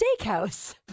Steakhouse